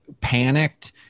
panicked